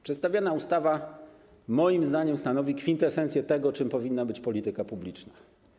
Przedstawiana ustawa moim zdaniem stanowi kwintesencję tego, czym powinna być polityka publiczna.